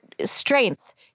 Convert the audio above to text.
strength